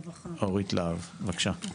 בבקשה.